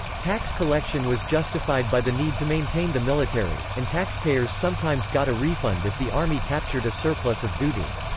tax collection was justified by the need to maintain the military, and taxpayers sometimes got a refund if the army captured a surplus of booty.